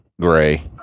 gray